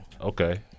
Okay